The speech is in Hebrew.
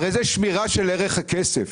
הרי זו שמירה על ערך הכסף.